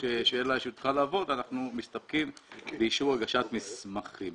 צריכה לעבוד, אנחנו מסתפקים באישור הגשת מסמכים.